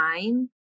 time